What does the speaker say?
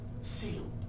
Sealed